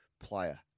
player